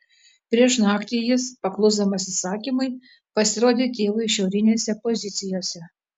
prieš naktį jis paklusdamas įsakymui pasirodė tėvui šiaurinėse pozicijose